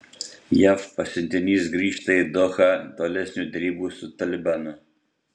jav pasiuntinys grįžta į dohą tolesnių derybų su talibanu